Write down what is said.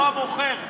לא המוכר.